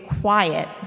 Quiet